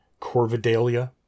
Corvidalia